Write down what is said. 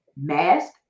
mask